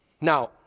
Now